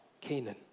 Canaan